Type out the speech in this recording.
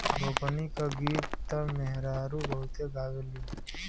रोपनी क गीत त मेहरारू बहुते गावेलीन